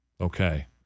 Okay